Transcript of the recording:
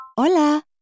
Hola